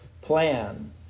plan